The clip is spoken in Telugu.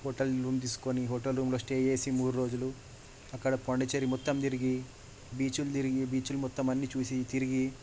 హోటల్ రూమ్ తీస్కొని హోటల్ రూమ్లో స్టే చేసి మూడు రోజులు అక్కడ పాండిచ్చేరి మొత్తం తిరిగి బీచ్లు తిరిగి బీచ్లు మొత్తం అన్ని చూసి తిరిగి